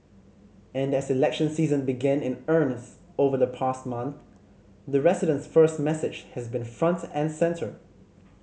and as election season began in earnest over the past month the residents first message has been front and centre